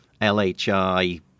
lhi